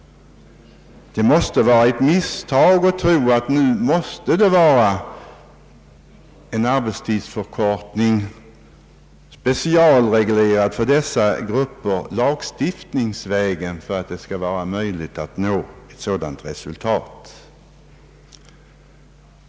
Det måste vara ett misstag att tro att en arbetstidsförkortning <lagstiftningsvägen skall vara specialreglerad för dessa grupper för att det skall vara möjligt att nå ett sådant resultat.